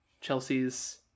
Chelsea's